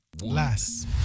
Last